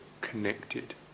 connected